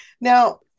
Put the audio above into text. Now